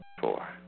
Four